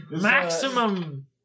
Maximum